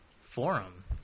forum